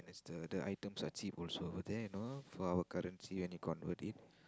the the items are cheap also there you know for our currency and economy